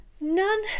none